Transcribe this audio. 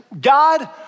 God